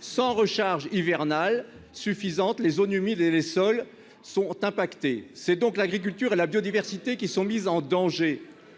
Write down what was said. sans recharge hivernale suffisante, les zones humides et les sols sont impactés, c'est donc l'agriculture et la biodiversité qui sont mises en danger,